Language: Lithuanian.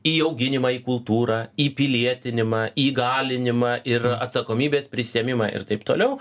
įauginimą į kultūrą įpilietinimą įgalinimą ir atsakomybės prisiėmimą ir taip toliau